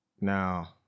Now